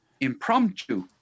impromptu